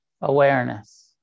awareness